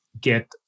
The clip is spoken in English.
get